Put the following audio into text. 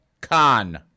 con